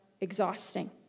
exhausting